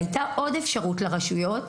והייתה עוד אפשרות לרשויות,